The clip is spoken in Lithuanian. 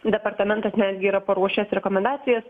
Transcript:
departamentas netgi yra paruošęs rekomendacijas